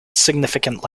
significant